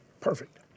Perfect